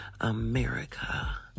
America